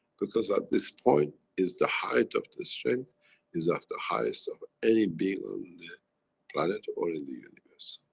because at this point is the height of the strength is of the highest of any being on the planet or in the universe.